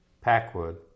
Packwood